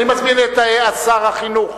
אני מזמין את שר החינוך